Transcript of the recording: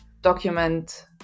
document